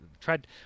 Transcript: tried